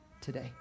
today